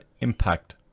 impact